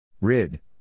Rid